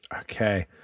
Okay